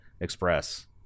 Express